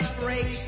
break